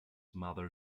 mother